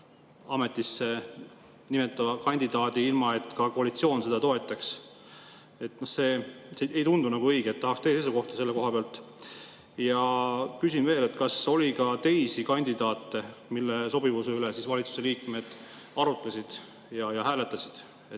ametisse nimetatava kandidaadi läbi, ilma et koalitsioon seda toetaks. See ei tundu nagu õige. Tahaks teie seisukohta selle koha pealt. Ja küsin veel: kas oli ka teisi kandidaate, kelle sobivuse üle valitsuse liikmed arutlesid ja hääletasid, kes